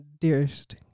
dearest